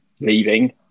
leaving